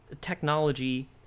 technology